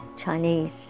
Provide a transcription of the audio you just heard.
Chinese